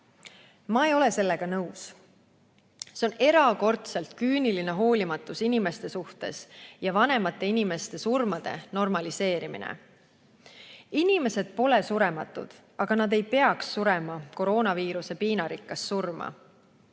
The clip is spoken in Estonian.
Ma ei ole sellega nõus. See on erakordselt küüniline hoolimatus inimeste suhtes ja vanemate inimeste surmade normaliseerimine. Inimesed pole surematud, aga nad ei peaks surema koroonaviiruse põhjustatud piinarikast surma.